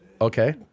okay